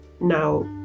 Now